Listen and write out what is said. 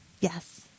Yes